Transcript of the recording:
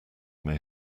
may